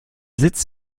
sitz